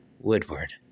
Woodward